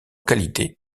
qualité